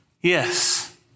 Yes